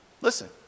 Listen